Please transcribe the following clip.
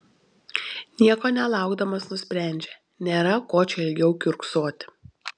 nieko nelaukdamas nusprendžia nėra ko čia ilgiau kiurksoti